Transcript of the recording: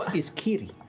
is kiri.